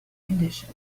condition